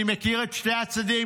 אני מכיר את שני הצדדים,